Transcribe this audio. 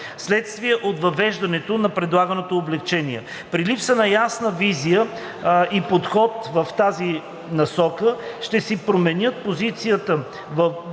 вследствие от въвеждането на предлаганото облекчение. При липса на ясна визия и подход в тази насока ще си променят позицията.